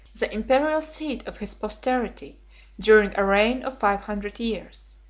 the imperial seat of his posterity during a reign of five hundred years.